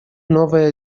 новая